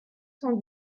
cent